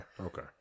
okay